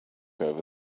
over